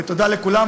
תודה רבה לכולם,